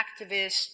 activists